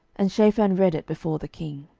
and shaphan read it before the king.